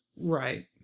Right